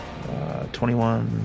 21